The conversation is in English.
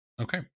Okay